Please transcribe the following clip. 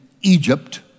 Egypt